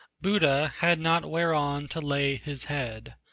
buddha had not whereon to lay his head,